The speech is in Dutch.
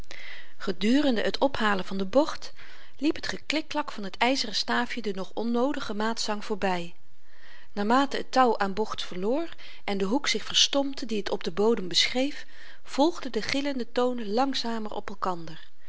gedurende het ophalen van de bocht liep het geklikklak van t yzeren staafje den nog onnoodigen maatzang voorby naarmate het touw aan bocht verloor en de hoek zich verstompte die t op den bodem beschreef volgden de gillende tonen langzamer op elkander